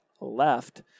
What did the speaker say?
left